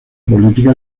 política